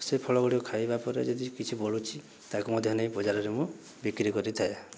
ସେ ଫଳଗୁଡ଼ିକ ଖାଇବା ପରେ ଯଦି କିଛି ବଳୁଛି ତାକୁ ମଧ୍ୟ ନେଇ ବଜାରରେ ମୁଁ ବିକ୍ରି କରିଥାଏ